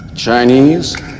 Chinese